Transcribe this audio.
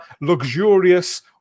luxurious